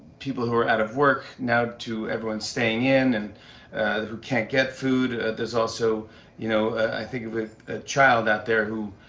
people who are out of work now to everyone's staying in and who can't get food. there's also you know i think of a ah child out there who